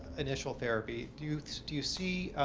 initial therapy, do do you see